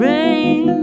Rain